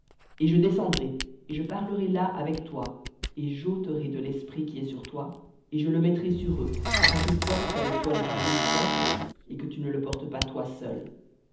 et je descendrai et je parlerai là avec toi et j'ôterai de l'esprit qui est sur toi et je le mettrai sur eux afin qu'ils portent avec toi le fardeau du peuple et que tu ne le portes pas toi seul